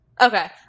Okay